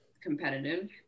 competitive